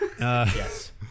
Yes